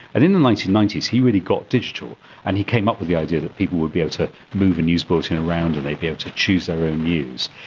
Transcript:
and in the nineteen ninety s he really got digital and he came up with the idea that people would be able to move a news bulletin around and they'd be able to choose their own news.